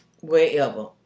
wherever